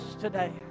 today